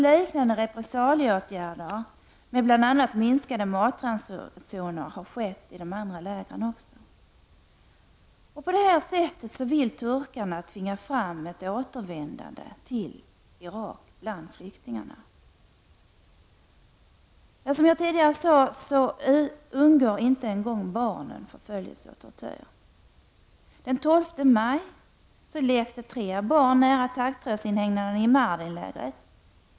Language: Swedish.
Liknande repressalieåtgärder med bl.a. minskade matransoner har skett i de andra lägren. På det sättet vill turkarna tvinga fram ett återvändande till Irak bland flyktingarna. Som jag tidigare sade undgår inte ens barnen förföljelse och tortyr. Den 12 maj lekte tre barn nära taggtrådsinhängnaden i Mardinlägret.